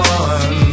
one